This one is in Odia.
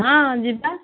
ହଁ ଯିବା